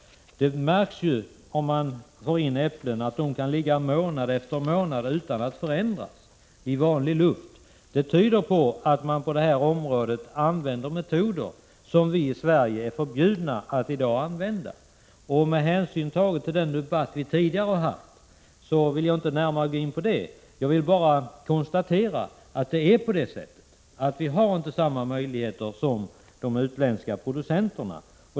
Det märks ju om man får in äpplen som kan ligga månad efter månad i vanlig luft utan att förändras. Det tyder på att man på det området använt metoder som vi i Sverige är förbjudna att i dag använda. Med hänsyn tagen till den debatt som vi tidigare har haft vill jag inte närmare gå in på det. Jag vill bara konstatera att vi inte har samma möjligheter som de utländska producenterna.